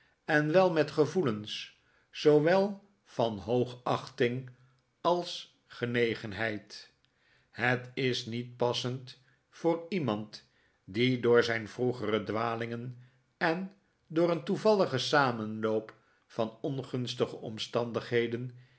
en wel met gevoelens zoowel van hoogachting als genegenheid het is niet passend voor iemand die door zijn vroegere dwalingen en door een toevalligen samenloop van ongunstige omstandigheden